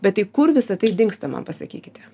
bet tai kur visa tai dingsta man pasakykite